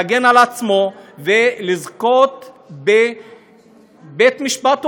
להגן על עצמו ולזכות במשפט הוגן.